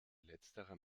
letzterer